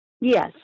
Yes